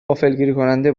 غافلگیرکننده